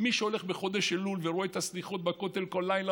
מי שהולך בחודש אלול ורואה את הסליחות בכותל כל לילה,